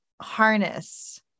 harness